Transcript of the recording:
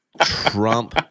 Trump